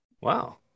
wow